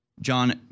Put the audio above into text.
John